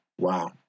Wow